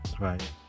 right